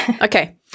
okay